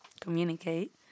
communicate